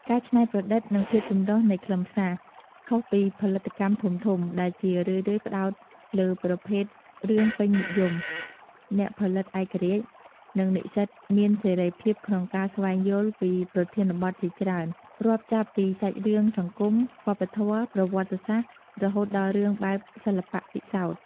ការច្នៃប្រឌិត និងភាពចម្រុះនៃខ្លឹមសារ ខុសពីផលិតកម្មធំៗដែលជារឿយៗផ្ដោតលើប្រភេទរឿងពេញនិយម អ្នកផលិតឯករាជ្យ និងនិស្សិតមានសេរីភាពក្នុងការស្វែងយល់ពីប្រធានបទជាច្រើន រាប់ចាប់ពីសាច់រឿងសង្គម វប្បធម៌ ប្រវត្តិសាស្ត្រ រហូតដល់រឿងបែបសិល្បៈពិសោធន៍។